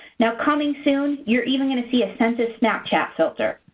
now, coming soon, you're even going to see a census snapchat filter.